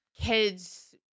kids